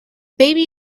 baby